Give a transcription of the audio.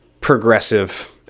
progressive